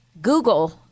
Google